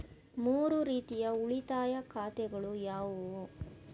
ಮೂರು ರೀತಿಯ ಉಳಿತಾಯ ಖಾತೆಗಳು ಯಾವುವು?